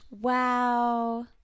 Wow